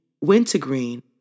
Wintergreen